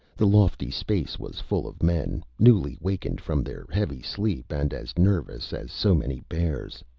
the lofty space was full of men, newly wakened from their heavy sleep and as nervous as so many bears.